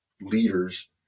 leaders